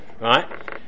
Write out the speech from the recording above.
Right